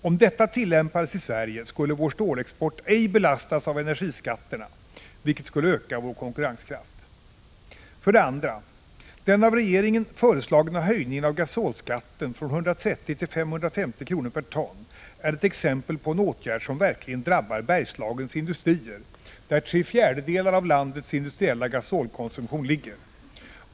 Om detta tillämpades i Sverige skulle vår stålexport ej belastas av energiskatterna, vilket skulle öka vår konkurrenskraft. 2. Den av regeringen föreslagna höjningen av gasolskatten från 130 till 550 kr./ton är ett exempel på en åtgärd som verkligen drabbar Bergslagens industrier, där tre fjärdedelar av landets industriella gasolkonsumtion ligger.